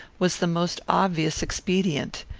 was the most obvious expedient.